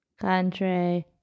Country